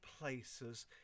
places